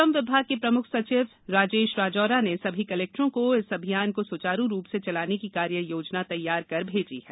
श्रम विभाग के प्रम्ख सचिव राजेश राजौरा ने सभी कलेक्टरों को इस अभियान को स्चारू रूप से चलाने की कार्ययोजना तैयार कर भेजी है